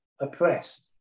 oppressed